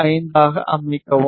75 ஆக அமைக்கவும்